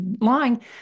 lying